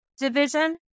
division